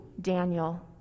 Daniel